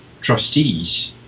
trustees